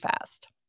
fast